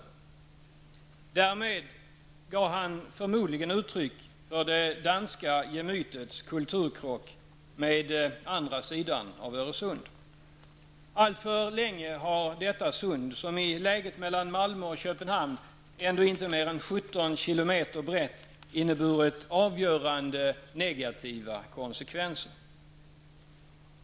Därmed gav han förmodligen uttryck för det danska gemytets kulturkrock med andra sidan av Öresund. Alltför länge har detta sund, som i läget mellan Malmö och Köpenhamn ändå inte är mer än 17 kilometer brett, inneburit avgörande negativa konsekvenser.